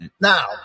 Now